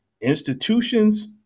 institutions